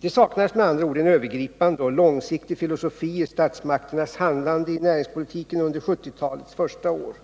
Det saknades med andra ord en övergripande och långsiktig filosofi i statsmakternas handlande i näringspolitiken under 1970-talets första år.